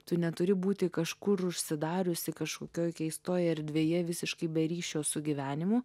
tu neturi būti kažkur užsidariusi kažkokioj keistoj erdvėje visiškai be ryšio su gyvenimu